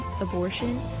abortion